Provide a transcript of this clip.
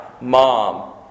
Mom